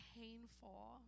painful